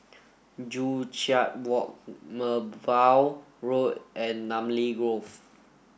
Joo Chiat Walk Merbau Road and Namly Grove